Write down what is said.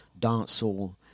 dancehall